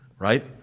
Right